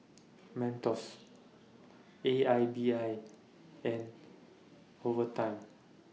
Mentos A I B I and Ovaltine